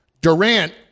Durant